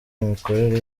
imikorere